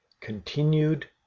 Continued